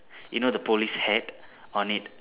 you know the police hat on it